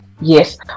yes